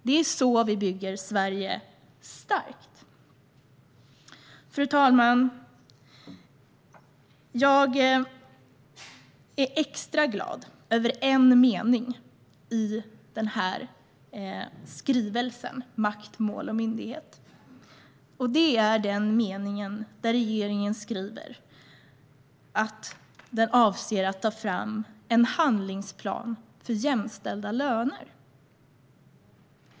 Det är så vi bygger Sverige starkt. Fru talman! Jag är extra glad över en mening i denna skrivelse, Makt, mål och myndighet . Det är där regeringen skriver att den avser att ta fram en handlingsplan för jämställda löner.